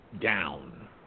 down